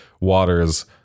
waters